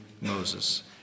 Moses